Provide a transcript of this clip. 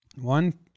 One